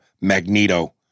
Magneto